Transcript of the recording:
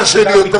שעדיין אין בה,